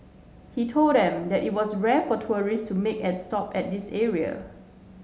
he told them that it was rare for tourists to make a stop at this area